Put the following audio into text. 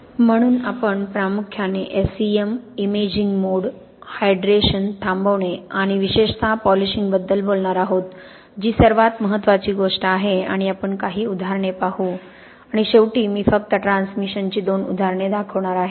म्हणून आपण प्रामुख्याने S E M imaging mode hydration थांबवणे आणि विशेषतः पॉलिशिंगबद्दल बोलणार आहोत जी सर्वात महत्वाची गोष्ट आहे आणि आपण काही उदाहरणे पाहू आणि शेवटी मी फक्त ट्रान्समिशनची दोन उदाहरणे दाखवणार आहे